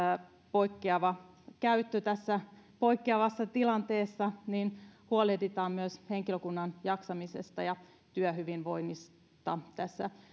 poikkeava käyttö tässä poikkeavassa tilanteessa niin huolehditaan myös henkilökunnan jaksamisesta ja työhyvinvoinnista tässä